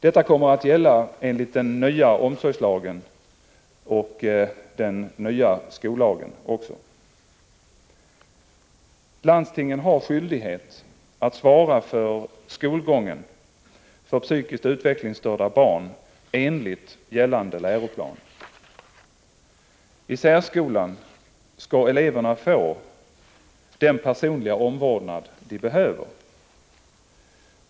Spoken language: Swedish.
Detsamma kommer att gälla enligt den nya omsorgslagen och den nya skollagen. Landstingen har skyldighet att svara för skolgången för psykiskt utvecklingsstörda barn enligt gällande läroplan. I särskolan skall eleverna få den personliga omvårdnad som de behöver.